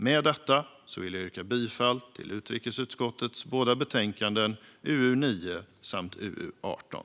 Med detta yrkar jag bifall till utskottets förslag i utrikesutskottets båda betänkanden UU9 samt UU18.